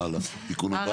הלאה תיקון הבא.